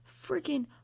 freaking